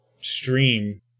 stream